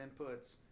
inputs